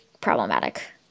problematic